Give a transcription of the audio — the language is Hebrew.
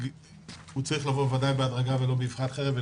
הוא צריך לבוא, בוודאי, בהדרגה ולא באבחת חרב.